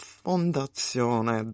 fondazione